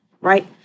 right